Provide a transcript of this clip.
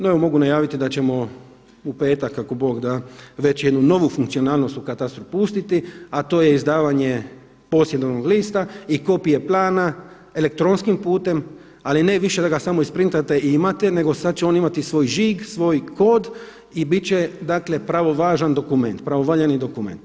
No evo mogu najaviti da ćemo u petak ako Bog da već jednu novu funkcionalnost u katastru pustiti a to je izdavanje posjedovnog lista i kopije plana elektronskim putem ali ne više da ga samo isprintate i imate nego sad će on imati svoj žig, svoj kod i bit će dakle pravovažan dokument, pravovaljani dokument.